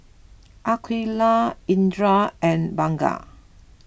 Aqilah Indra and Bunga